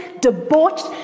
debauched